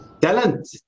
Talent